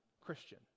Christian